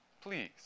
Please